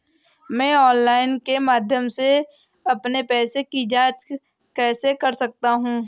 मैं ऑनलाइन के माध्यम से अपने पैसे की जाँच कैसे कर सकता हूँ?